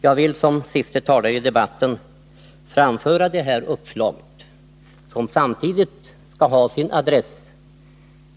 Jag vill, som en av de sista talarna i debatten, framföra detta uppslag, som samtidigt har sin adress